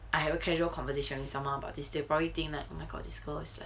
I had a casual conversation with someone about this they'll probably think my god like this girl is like